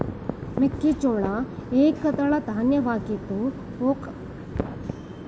ಮೆಕ್ಕೆಜೋಳ ಏಕದಳ ಧಾನ್ಯವಾಗಿದ್ದು ಪೋಷಕಾಂಶ ಮತ್ತು ಕಾರ್ಪೋರೇಟ್ ಸತ್ವಗಳು ಸಾಕಷ್ಟಿದೆ